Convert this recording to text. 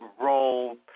role